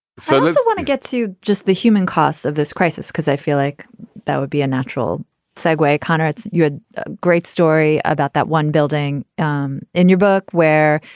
so i want to get to just the human costs of this crisis because i feel like that would be a natural segway konrad's. you had a great story about that one building um in your book where,